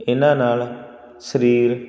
ਇਹਨਾਂ ਨਾਲ ਸਰੀਰ